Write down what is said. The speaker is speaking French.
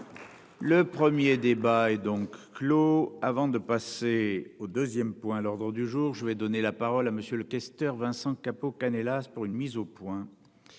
Le 1er débat est donc clos avant de passer au 2ème point à l'ordre du jour. Je vais donner la parole à monsieur le questeur Vincent Capo Canellas pour une mise au point.